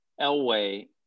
Elway